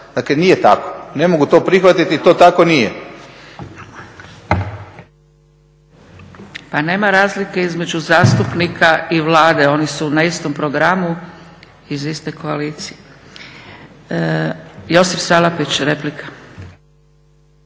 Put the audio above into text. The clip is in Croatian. Dakle, nije tako. Ne mogu to prihvatiti. To tako nije. **Zgrebec, Dragica (SDP)** Pa nema razlike između zastupnika i Vlade. Oni su na istom programu, iz iste koalicije. Josip Salapić, replika.